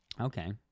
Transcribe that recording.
Okay